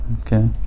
Okay